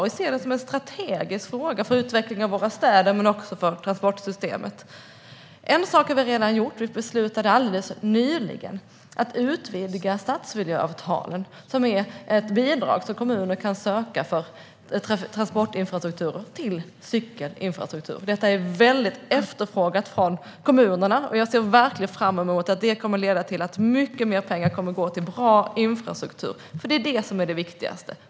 Vi ser det som en strategisk fråga för utveckling av våra städer men också för transportsystemet. En sak har vi redan gjort. Vi beslutade alldeles nyligen att utvidga stadsmiljöavtalen - det är ett bidrag som kommuner kan söka för transportinfrastruktur - till cykelinfrastruktur. Detta är väldigt efterfrågat av kommunerna. Jag ser verkligen fram emot att det kommer att leda till att mycket mer pengar kommer att gå till bra infrastruktur. Det är det som är det viktigaste.